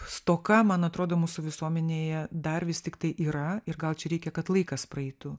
stoka man atrodo mūsų visuomenėje dar vis tiktai yra ir gal čia reikia kad laikas praeitų